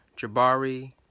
Jabari